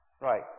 Right